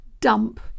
dump